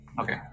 Okay